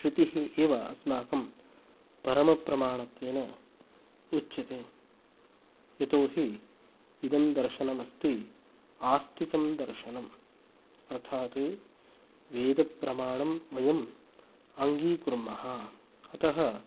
श्रुतिः एव अस्माकं परमप्रमाणत्वेन उच्यते यतोहि इदं दर्शनम् अस्ति आस्तिकदर्शनम् अर्थात् वेदप्रमाणं वयम् अङ्गीकुर्मः अतः